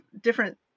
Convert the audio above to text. different